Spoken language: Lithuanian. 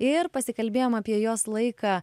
ir pasikalbėjom apie jos laiką